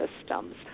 systems